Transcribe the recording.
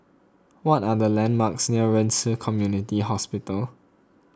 what are the landmarks near Ren Ci Community Hospital